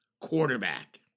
quarterback